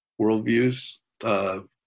worldviews